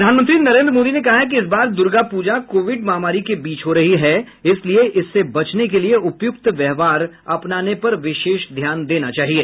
प्रधानमंत्री नरेन्द्र मोदी ने कहा है कि इस बार दुर्गा पूजा कोविड महामारी के बीच हो रही है इसलिए इससे बचने के लिए उपयुक्त व्यवहार अपनाने पर विशेष ध्यान देना चाहिए